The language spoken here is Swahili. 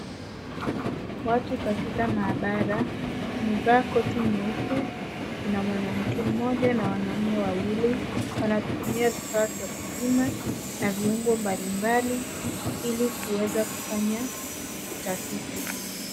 Watu katika maabara wamevaa koti nyeupe. Kuna mwanamke mmoja na wanaume wawili. Wanatumia vifaa vya kupima na viungo mbalimbali ili kuweza kufanya utafiti.